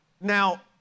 Now